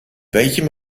welchem